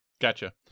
Gotcha